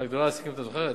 את זוכרת?